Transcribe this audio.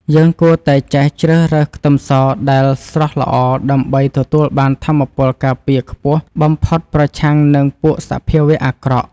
យើងគួរតែចេះជ្រើសរើសខ្ទឹមសដែលស្រស់ល្អដើម្បីទទួលបានថាមពលការពារខ្ពស់បំផុតប្រឆាំងនឹងពួកសភាវៈអាក្រក់។